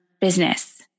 business